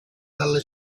dalla